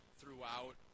throughout